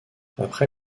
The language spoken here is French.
après